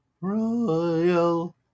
Royal